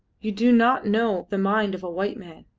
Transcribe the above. you do not know the mind of a white man.